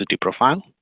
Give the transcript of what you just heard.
profile